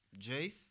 Jace